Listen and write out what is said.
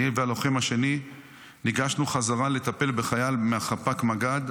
אני והלוחם השני ניגשנו בחזרה לטפל בחייל מחפ"ק המג"ד,